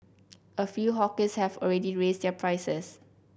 a few hawkers have already raised their prices